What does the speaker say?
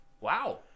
Wow